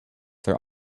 their